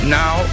now